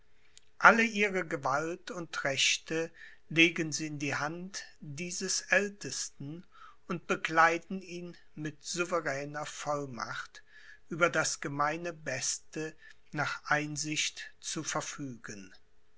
alle ihre gewalt und rechte legen sie in die hand dieses aeltesten und bekleiden ihn mit souveräner vollmacht über das gemeine beste nach einsicht zu verfügen